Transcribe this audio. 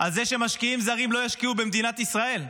בזה שמשקיעים זרים לא ישקיעו במדינת ישראל.